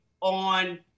on